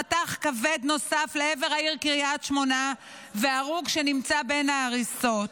מטח כבד נוסף לעבר העיר קריית שמונה והרוג שנמצא בין ההריסות.